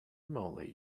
moly